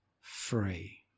free